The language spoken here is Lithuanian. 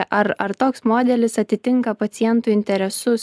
ar ar toks modelis atitinka pacientų interesus